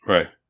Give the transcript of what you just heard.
Right